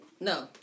No